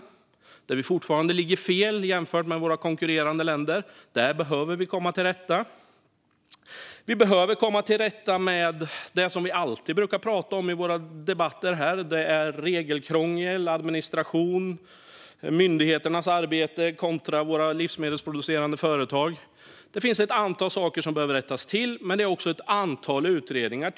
Där ligger vi fortfarande fel jämfört med våra konkurrerande länder. Det behöver vi komma till rätta med. Vi behöver också komma till rätta med det som vi alltid brukar prata om i våra debatter här, alltså regelkrångel, administration, myndigheternas arbete kontra våra livsmedelsproducerande företag. Det finns ett antal saker som behöver rättas till, men det har också redan nu tillsatts ett antal utredningar.